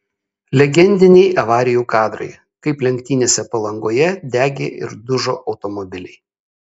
legendiniai avarijų kadrai kaip lenktynėse palangoje degė ir dužo automobiliai